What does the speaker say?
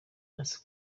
ese